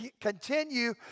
continue